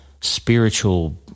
spiritual